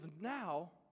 now